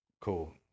Cool